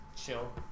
chill